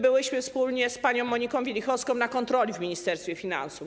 Byłyśmy wspólnie z panią Moniką Wielichowską na kontroli w Ministerstwie Finansów.